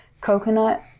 coconut